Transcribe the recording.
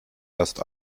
erst